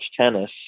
tennis